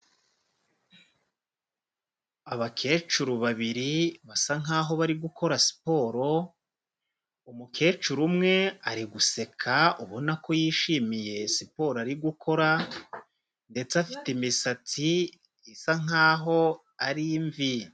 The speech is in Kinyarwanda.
Abakecuru babiri basa nkaho bari gukora siporo, umukecuru umwe ari guseka ubona ko yishimiye siporo ari gukora, ndetse afite imisatsi isa nkaho ari imvi.